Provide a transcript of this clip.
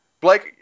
blake